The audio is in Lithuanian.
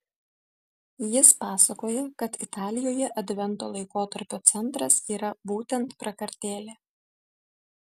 jis pasakoja kad italijoje advento laikotarpio centras yra būtent prakartėlė